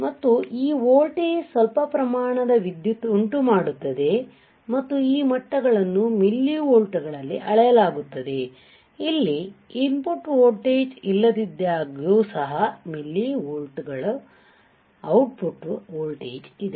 ಮತ್ತು ಈ ವೋಲ್ಟೇಜ್ ಸ್ವಲ್ಪ ಪ್ರಮಾಣದ ವಿದ್ಯುತ್ ಉಂಟುಮಾಡುತ್ತದೆ ಮತ್ತು ಈ ಮಟ್ಟಗಳನ್ನು ಮಿಲಿವೋಲ್ಟ್ ಗಳಲ್ಲಿ ಅಳೆಯಲಾಗುತ್ತದೆ ಇಲ್ಲಿ ಇನ್ ಪುಟ್ ವೋಲ್ಟೇಜ್ ಇಲ್ಲದಿದ್ದಾಗ್ಯೂ ಸಹ ಮಿಲಿವೋಲ್ಟ್ ಗಳ ಔಟ್ ಪುಟ್ ವೋಲ್ಟೇಜ್ ಇದೆ